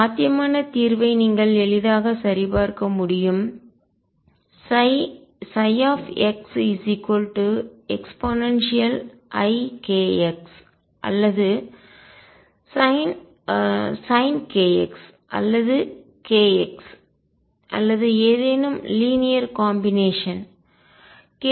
சாத்தியமான தீர்வை நீங்கள் எளிதாக சரிபார்க்க முடியும் xeikx அல்லது sin kx அல்லது kx அல்லது ஏதேனும் லீனியர் காம்பினேஷன் நேரியல் கலவை